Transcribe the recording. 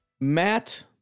Matt